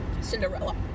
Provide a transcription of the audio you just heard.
Cinderella